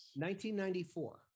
1994